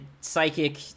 Psychic